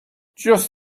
just